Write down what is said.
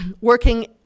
working